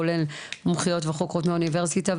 כולל מומחיות וחוקרות מהאוניברסיטה,